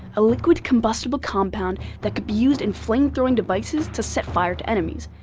a liquid combustible compound that could be used in flame-throwing devices to set fire to enemies.